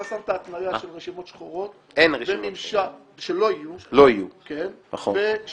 אתה שמת התניה של רשימות שחורות, שלא יהיו, וכל